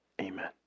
Amen